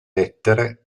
lettere